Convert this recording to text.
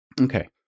Okay